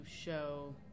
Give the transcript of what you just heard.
show